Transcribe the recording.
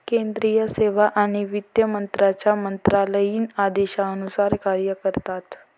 केंद्रीय सेवा आणि वित्त मंत्र्यांच्या मंत्रालयीन आदेशानुसार कार्य करतात